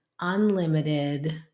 unlimited